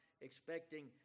expecting